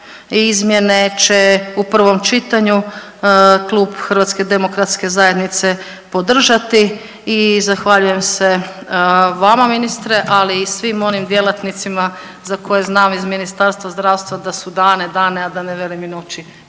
izmjene će u prvom čitanju Klub HDZ-a podržati i zahvaljujem se vama ministre, ali i svim onim djelatnicima za kojem znam iz Ministarstva zdravstva da su dane, dane, a da ne velim i noći